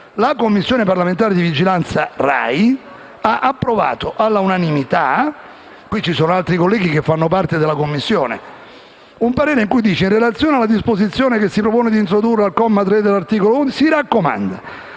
la Commissione di parlamentare di vigilanza RAI ha approvato all'unanimità (qui ci sono altri colleghi che fanno parte della Commissione) un parere in cui si dice che in relazione alla disposizione che si propone di introdurre al comma 3 dell'articolo 111, si raccomanda